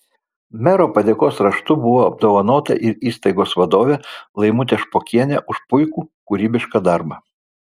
mero padėkos raštu buvo apdovanota ir įstaigos vadovė laimutė špokienė už puikų kūrybišką darbą